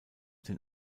den